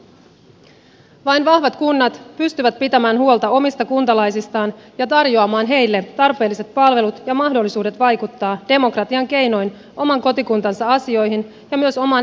vain vahvat kunnat pystyvät pitämään huolta omista kuntalaisistaan ja tarjoamaan heille tarpeelliset palvelut ja mahdollisuudet vaikuttaa demokratian keinoin oman kotikuntansa asioihin ja myös omaan elinpiiriinsä